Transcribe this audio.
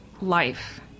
life